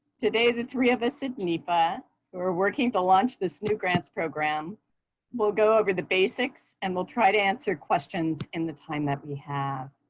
today, the three of us at nefa who are working to launch this new grants program will go over the basics, and we'll try to answer questions in the time that we have.